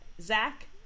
Zach